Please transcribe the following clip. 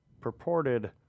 purported